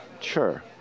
Sure